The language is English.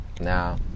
Now